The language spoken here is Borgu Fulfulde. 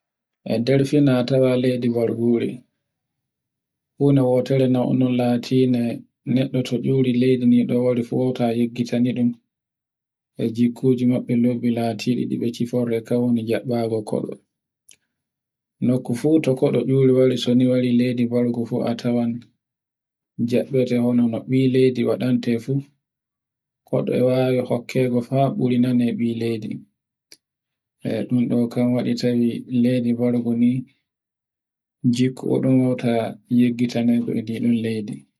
E nder fina tawa leydi bargure, huna wotore onon lati neɗɗo to nciwri leydi ndi wari wauta yeggitaniɗun e jikkoji maɓɓe lobbi latiɗi ɗi be cipporde karni jabbama koɗo. Nokku fu to koɗo iuroy wari, so ni wari leydi bargu fu a tawai jabbonton no ba ɓiy leydi waɗande te fu, koɗo e wawi hokke haa ɓuri nane bi leydi. E ɗun ɗo kan waɗi tawi leydi bargu ni, jokko dimauta jitta ndi yeggitanai leydi.